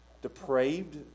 depraved